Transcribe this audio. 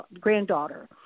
granddaughter